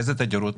באיזו תדירות